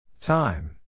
Time